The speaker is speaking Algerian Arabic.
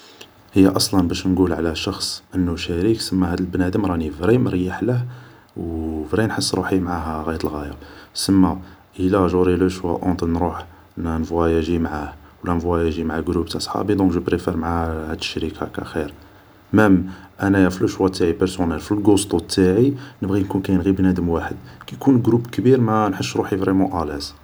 هي اصلا باش نقول على شخص انو شريك ، سما هاد البنادم راني فري مريحله و فري نحس روحي معاه غايت الغاي ، سما الا جوري لو شوا اونتر نروح نفواياجي معاه ولا نفواياجي معا قروب تاع صحابي ، جو بريفار معا هاد الشريك هكا خير ، مام انا في الشوا تاعي بارسونال في القوسطو تاعي نبغي يكون كاين غي بنادم واحد ، كي يكون قروب كبير ما نحسش روحي فريمون الاز